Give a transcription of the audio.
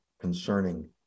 concerning